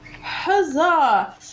Huzzah